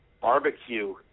Barbecue